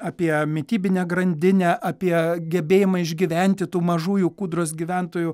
apie mitybinę grandinę apie gebėjimą išgyventi tų mažųjų kūdros gyventojų